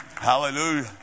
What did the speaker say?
Hallelujah